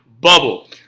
bubble